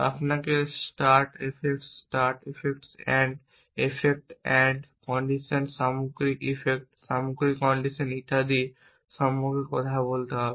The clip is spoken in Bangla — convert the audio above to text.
আপনাকে start effects start effects end effect end condition সামগ্রিক ইফেক্ট সামগ্রিক কন্ডিশন ইত্যাদি সম্পর্কে কথা বলতে হবে